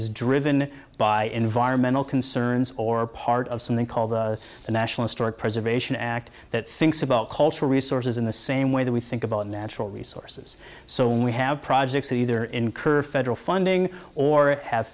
is driven by environmental concerns or part of something called the national storage preservation act that thinks about cultural resources in the same way that we think about natural resources so when we have projects that either incur federal funding or have